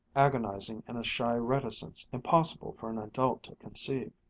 agonizing in a shy reticence impossible for an adult to conceive.